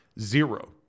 Zero